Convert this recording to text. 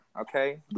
Okay